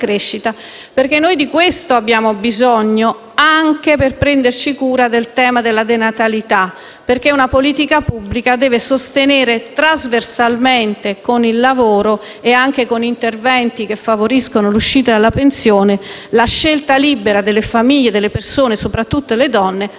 perché di questo abbiamo bisogno, anche per prenderci cura del tema della denatalità. La politica pubblica deve infatti sostenere trasversalmente, con il lavoro e anche con interventi che favoriscano l'accesso alla pensione, la scelta libera delle famiglie, delle persone e soprattutto delle donne, di mettere